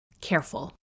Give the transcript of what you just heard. careful